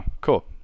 cool